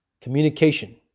Communication